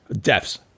Deaths